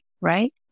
right